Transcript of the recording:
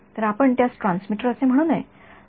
तर आपण त्यास ट्रान्समीटर असे म्हणू नये